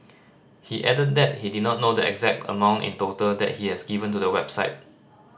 he added that he did not know the exact amount in total that he has given to the website